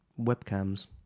webcams